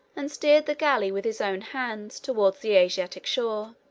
and steered the galley with his own hands toward the asiatic shore.